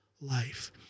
life